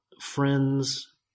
friends